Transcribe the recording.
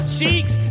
cheeks